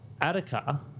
Attica